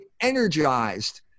energized